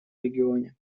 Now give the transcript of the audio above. регионе